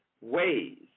ways